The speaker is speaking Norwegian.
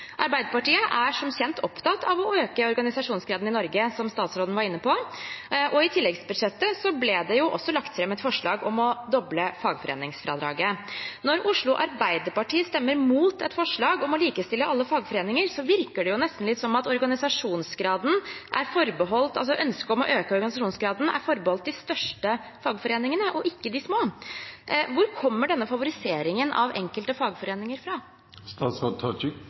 Arbeiderpartiet er som kjent opptatt av å øke organisasjonsgraden i Norge, som statsråden var inne på, og i tilleggsbudsjettet ble det også lagt fram et forslag om å doble fagforeningsfradraget. Når Oslo Arbeiderparti stemmer mot et forslag om å likestille alle fagforeninger, virker det nesten litt som at ønsket om å øke organisasjonsgraden er forbeholdt de største fagforeningene, og ikke de små. Hvor kommer denne favoriseringen av enkelte fagforeninger